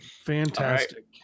Fantastic